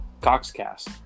Coxcast